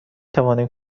توانیم